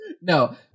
no